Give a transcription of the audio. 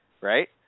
right